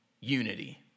unity